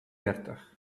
dertig